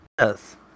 Yes